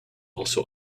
also